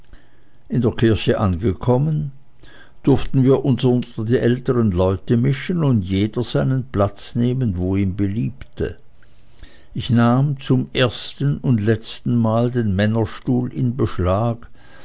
in der kirche angekommen durften wir uns unter die älteren leute mischen und jeder seinen platz nehmen wo ihm beliebte ich nahm zum ersten und letzten mal den männerstuhl in beschlag